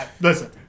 Listen